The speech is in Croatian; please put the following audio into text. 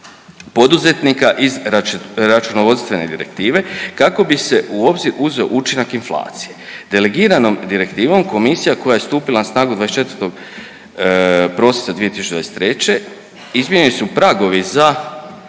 poduzetnika iz računovodstvene direktive kako bi se u obzir uzeo učinak inflacije. Delegiranom direktivom komisija koja je stupila na snagu 24. prosinca 2023. izmijenjeni su pragovi za